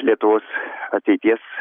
lietuvos ateities